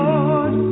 Lord